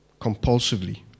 compulsively